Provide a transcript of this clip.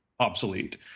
Obsolete